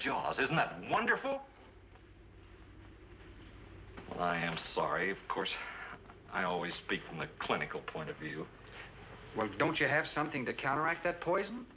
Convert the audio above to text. jaws isn't that wonderful i am sorry of course i always speak from a clinical point of view don't you have something to counteract that poison